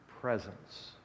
presence